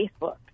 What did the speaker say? Facebook